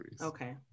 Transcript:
Okay